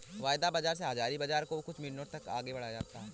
वायदा बाजार ने हाजिर बाजार को कुछ मिनटों तक आगे बढ़ाया